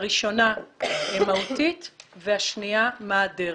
הראשונה מהותית והשנייה מה הדרך.